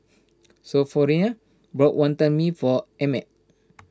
Sophronia bought Wantan Mee for Emmet